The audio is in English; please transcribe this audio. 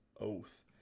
Oath